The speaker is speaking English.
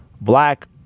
Black